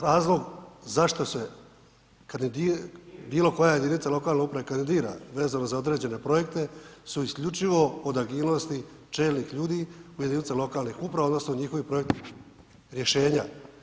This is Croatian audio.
Razlog zašto se bilo koja jedinica lokalne uprave kandidira vezano za određene projekte, su isključivo od agilnosti čelnih ljudi u jedinicama lokalnih uprava odnosno njihov projekt rješenja.